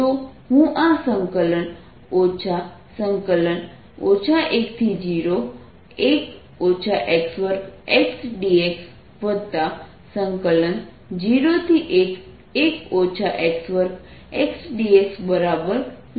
તો હું આ સંકલન 10 x dx 01 x dx બરાબર લખી શકું છું